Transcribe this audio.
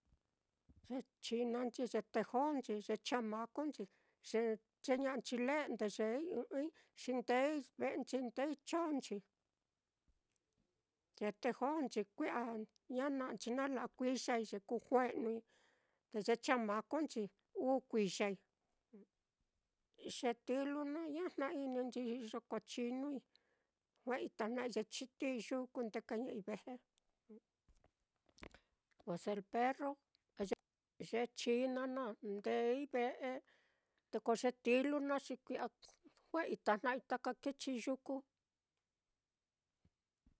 Ye chinanchi, ye tejonnchi, ye chamaconchi, ye-yeña'anchi le'nde yeei ɨ́ɨ́n ɨ́ɨ́n-i, xi ndeei ve'enchi, ndeei chonnchi, ye tejonnchi naá kui'a ña na'anchi jnu nala'a kuiyai ye kuu jue'nui, te ye chamaconchi uu kuiyai, ye tilu naá ña jna-ininchi xi iyo kochinui, jue'ei tajna'ai ye chitií yuku ndekaña'ai ve pues el perro, ye china naá ndeei ve'e, te ko ye tilu naá xi kui'a jue'ei tajna'ai taka kichi yuku.